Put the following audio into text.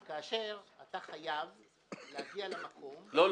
כאשר אתה חייב להגיע למקום או שאתה חייב --- לא,